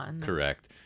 correct